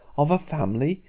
of a family,